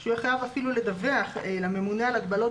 שהוא יהיה חייב אפילו לדווח לממונה על הגבלות